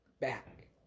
back